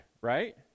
right